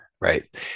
Right